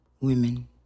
women